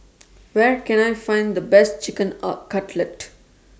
Where Can I Find The Best Chicken out Cutlet